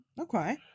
Okay